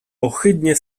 ohydnie